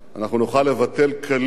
אנחנו נוכל לבטל כליל